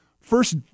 first